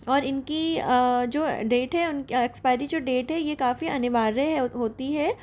और इनकी जो डेट है उन क्या एक्सपायरी जो डेट है ये काफ़ी अनिवार्य है होती है